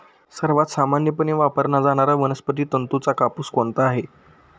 सर्वात सामान्यपणे वापरला जाणारा वनस्पती तंतूचा कापूस कोणता आहे?